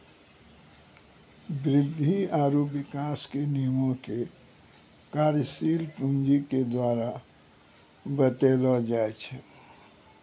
वृद्धि आरु विकास के नियमो के कार्यशील पूंजी के द्वारा बतैलो जाय छै